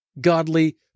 godly